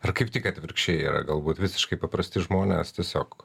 ar kaip tik atvirkščiai yra galbūt visiškai paprasti žmonės tiesiog